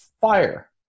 fire